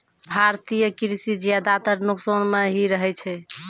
भारतीय कृषि ज्यादातर नुकसान मॅ ही रहै छै